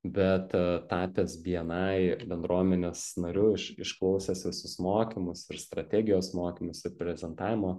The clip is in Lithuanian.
bet tapęs bni bendruomenės nariu iš išklausęs visus mokymus ir strategijos mokymus ir prezentavimo